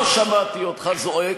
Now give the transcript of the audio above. לא שמעתי אותך זועק,